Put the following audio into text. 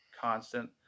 constant